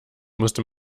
musste